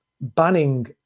banning